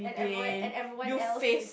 day you face